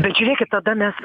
bet žiūrėkit tada mes